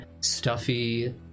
stuffy